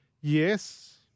Yes